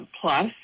plus